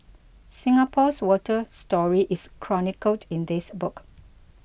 Singapore's water story is chronicled in this book